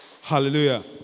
Hallelujah